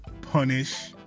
punish